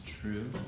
true